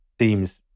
seems